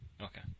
Okay